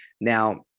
Now